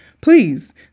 Please